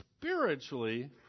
spiritually